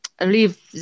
leave